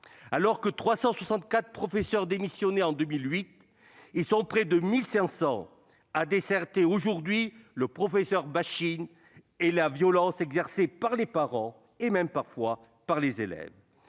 Alors que 364 professeurs démissionnaient en 2008, ils sont près de 1 500 à déserter aujourd'hui le « professeur » et la violence exercée par les parents, même parfois par les élèves.